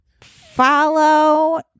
Follow